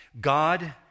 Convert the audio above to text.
God